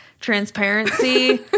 transparency